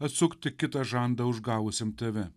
atsukti kitą žandą užgavusiam tave